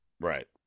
Right